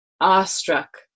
awestruck